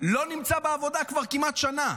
לא נמצא בעבודה כבר כמעט שנה.